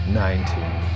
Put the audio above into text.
nineteen